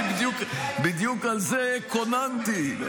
בדיוק על זה קוננתי.